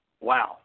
Wow